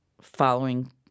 following